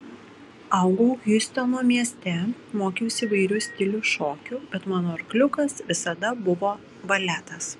augau hjustono mieste mokiausi įvairių stilių šokių bet mano arkliukas visada buvo baletas